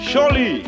Surely